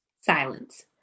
silence